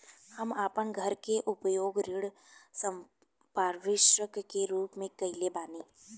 हम आपन घर के उपयोग ऋण संपार्श्विक के रूप में कइले बानी